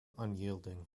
unyielding